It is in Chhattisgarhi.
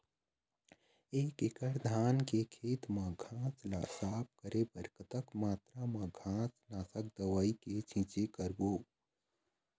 एक एकड़ धान के खेत मा घास ला साफ करे बर कतक मात्रा मा घास नासक दवई के छींचे करबो?